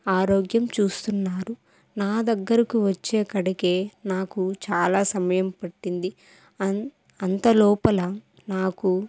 ఆరోగ్యం చూస్తున్నారు నా దగ్గరకు వచ్చేకాడికే నాకు చాలా సమయం పట్టింది అంత లోపల నాకు